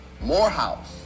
Morehouse